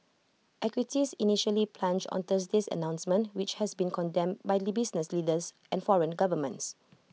equities initially plunged on Thursday's announcement which has been condemned by the business leaders and foreign governments